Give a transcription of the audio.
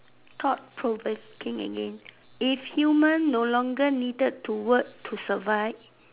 thought provoking again if human no longer needed to work to survive